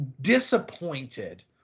disappointed